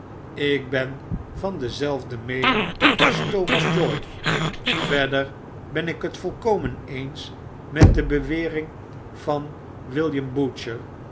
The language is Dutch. ik ben van dezelfde meening als thomas joy verder ben ik het volkomen eens met de bewering van